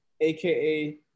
AKA